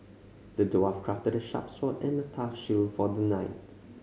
the dwarf crafted a sharp sword and a tough shield for the knight